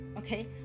Okay